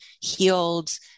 healed